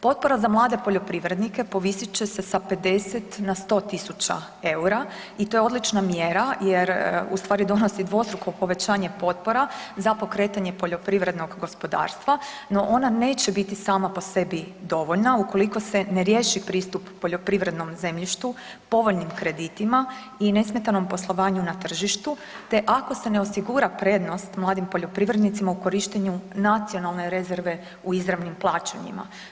Potpora za mlade poljoprivrednike povisit će se sa 50 na 100 tisuća eura i to je odlična mjera jer ustvari donosi dvostruko povećanje potpora za pokretanje poljoprivrednog gospodarstva, no ona neće biti sama po sebi dovoljna, ukoliko se ne riješi pristup poljoprivrednom zemljištu povoljnim kreditima i nesmetanom poslovanju na tržištu te ako se ne osigura prednost mladim poljoprivrednicima u korištenju nacionalne rezerve u izravnim plaćanjima.